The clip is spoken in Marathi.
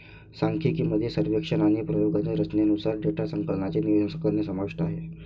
सांख्यिकी मध्ये सर्वेक्षण आणि प्रयोगांच्या रचनेनुसार डेटा संकलनाचे नियोजन करणे समाविष्ट आहे